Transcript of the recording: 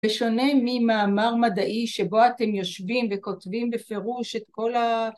‫בשונה ממאמר מדעי שבו אתם ‫יושבים וכותבים בפירוש את כל ה...